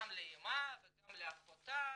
גם לאמה וגם לאחותה